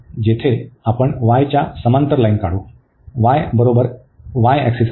येथे आपण y च्या समांतर लाईन काढू y बरोबर y ऍक्सिस आहे